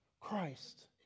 Christ